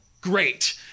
Great